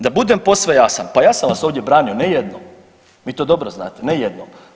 Da budem posve jasan, pa ja sam vas ovdje branio, ne jednom, vi to dobro znate, ne jednom.